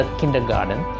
kindergarten